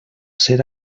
ser